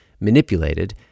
manipulated